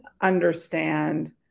understand